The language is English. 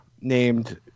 named